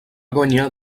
guanyar